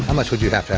much would you have